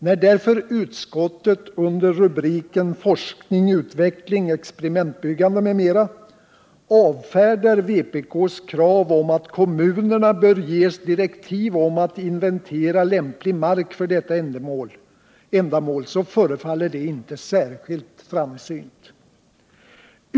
När därför utskottet under rubriken Forskning, utveckling, experimentbyggande m.m. avfärdar vpk:s krav på att kommunerna bör ges direktiv om att inventera lämplig mark för detta ändamål förefaller det inte särskilt framsynt.